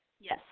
Yes